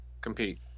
compete